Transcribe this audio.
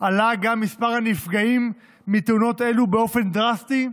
עלה גם מספר הנפגעים בתאונות אלו באופן דרסטי,